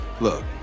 Look